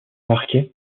marquet